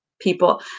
people